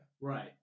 Right